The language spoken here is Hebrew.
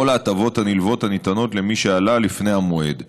ההטבות הנלוות הניתנות למי שעלה לפני המועד.